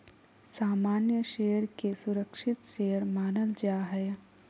सामान्य शेयर के सुरक्षित शेयर मानल जा हय